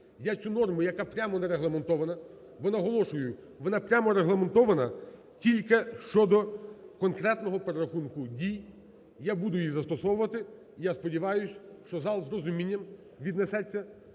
я цю норму, яка прямо не регламентована, бо наголошую, вона прямо регламентована тільки щодо конкретного перерахунку дій, я буду її застосовувати, я сподіваюсь, що зал із розумінням віднесеться